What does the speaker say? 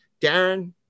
Darren